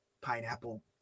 pineapple